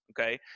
okay